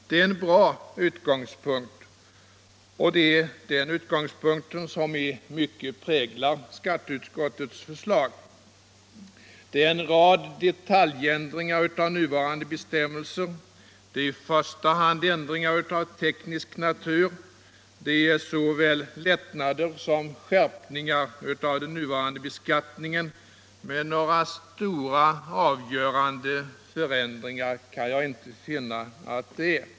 Det är en bra utgångspunkt, och det är den utgångspunkten som i mycket präglar skatteutskottets förslag. Det föreslås en rad detaljändringar av nuvarande bestämmelser, i första hand av teknisk natur. Det är fråga om såväl lättnader som skärpningar av den nuvarande beskattningen, men några stora och avgörande förändringar kan jag inte finna.